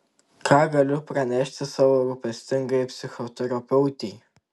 ką galiu pranešti savo rūpestingajai psichoterapeutei